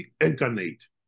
incarnate